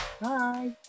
Bye